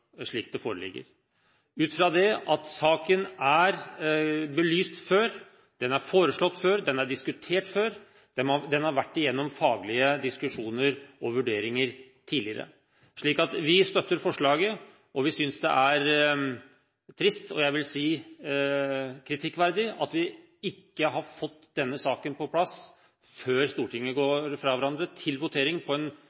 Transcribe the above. slik det foreligger. Det er ut fra at saken er belyst før. Dette er foreslått før, og det er diskutert før. Saken har vært gjennom faglige diskusjoner og til vurdering tidligere. Så vi støtter forslaget. Vi synes det er trist og – jeg vil si – kritikkverdig at vi ikke har fått denne saken på plass til votering på en normal måte før Stortinget